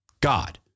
God